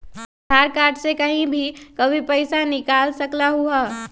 आधार card से कहीं भी कभी पईसा निकाल सकलहु ह?